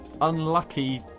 unlucky